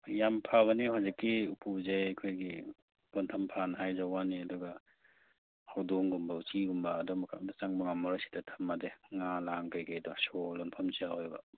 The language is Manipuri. ꯌꯥꯝ ꯐꯕꯅꯤ ꯍꯧꯖꯤꯛꯀꯤ ꯎꯄꯨꯁꯦ ꯑꯩꯈꯣꯏꯒꯤ ꯀꯣꯟꯊꯝ ꯐꯥꯟ ꯍꯥꯏꯖꯕ ꯋꯥꯅꯤ ꯑꯗꯨꯒ ꯍꯧꯗꯣꯡꯒꯨꯝꯕ ꯎꯆꯤꯒꯨꯝꯕ ꯑꯗꯨꯝꯕꯒ ꯑꯝꯇ ꯆꯪꯕ ꯉꯝꯃꯔꯣꯏ ꯁꯤꯗ ꯊꯝꯃꯗꯤ ꯉꯥ ꯂꯥꯡ ꯀꯔꯤ ꯀꯩꯗꯣ ꯁꯣ ꯂꯣꯟꯐꯝꯁꯨ ꯌꯥꯎꯋꯦꯕ